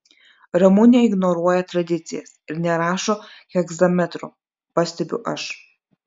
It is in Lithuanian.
ramunė ignoruoja tradicijas ir nerašo hegzametru pastebiu aš